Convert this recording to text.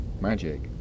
Magic